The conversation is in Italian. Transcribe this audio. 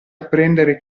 apprendere